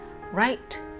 Right